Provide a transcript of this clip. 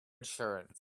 assurance